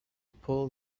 pull